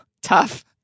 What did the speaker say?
Tough